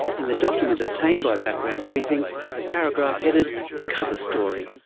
in the document obtained by background briefing, is a paragraph headed cover story.